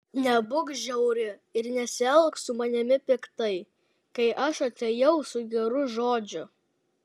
nebūk žiauri ir nesielk su manimi piktai kai aš atėjau su geru žodžiu